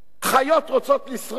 חיות רוצות לשרוד,